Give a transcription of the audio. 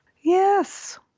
Yes